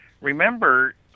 Remember